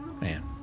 man